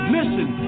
Listen